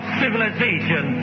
civilization